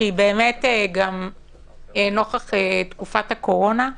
שהיא גם נוכח תקופת הקורונה,